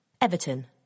Everton